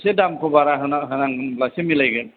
एसे दामखौ बारा होना होनांब्लासो मिलायगोन